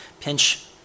pinch